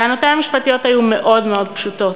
טענותי המשפטיות היו מאוד מאוד פשוטות,